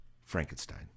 Frankenstein